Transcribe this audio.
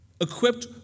equipped